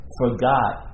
forgot